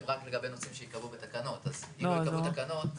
לא רק אם התכנון הוא טוב או לא טוב..